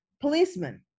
policeman